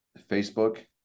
Facebook